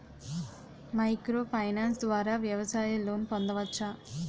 Micro finance ద్వారా వ్యవసాయ loan పొందవచ్చా?